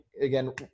again